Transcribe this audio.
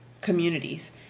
communities